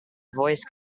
voice